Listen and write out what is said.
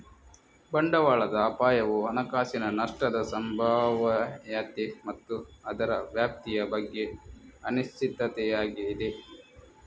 ಬಂಡವಾಳದ ಅಪಾಯವು ಹಣಕಾಸಿನ ನಷ್ಟದ ಸಂಭಾವ್ಯತೆ ಮತ್ತು ಅದರ ವ್ಯಾಪ್ತಿಯ ಬಗ್ಗೆ ಅನಿಶ್ಚಿತತೆಯಾಗಿದೆ